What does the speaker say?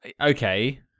Okay